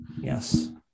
Yes